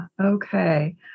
Okay